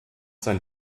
sein